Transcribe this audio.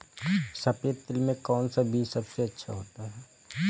सफेद तिल में कौन सा बीज सबसे अच्छा होता है?